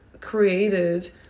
created